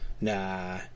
Nah